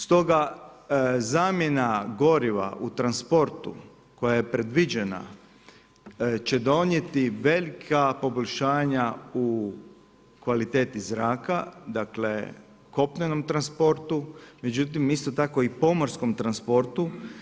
Stoga, zamjena goriva u transportu, koja je predviđena će donijeti velika poboljšanja u kvaliteti zraka, dakle, kopnenom transportu, međutim, isto tako i pomorskom transportu.